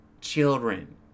children